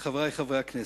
חברי חברי הכנסת,